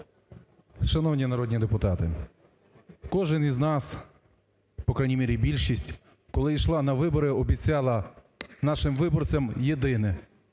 Шановні народні депутати! Кожен з нас, по крайній мірі більшість, коли йшла на вибори, обіцяла нашим виборцям єдине,